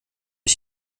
ich